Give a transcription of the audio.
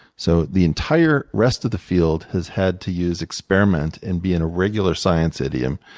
so the entire rest of the field has had to use experiment and be in a regular science idiom,